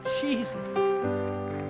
Jesus